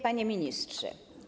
Panie Ministrze!